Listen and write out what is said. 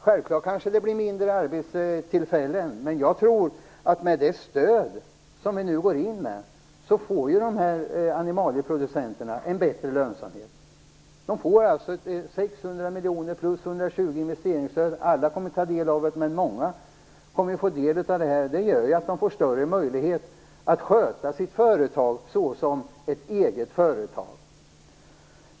Självklart blir det färre arbetstillfällen, men jag tror att animalieproducenterna, med det stöd som vi nu går in med, får en bättre lönsamhet i sin verksamhet. De får alltså 600 miljoner plus 120 miljoner i investeringsstöd. Alla kommer inte att ta del av det, men många. Det gör att de får större möjlighet att sköta sitt företag som ett eget företag.